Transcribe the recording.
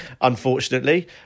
unfortunately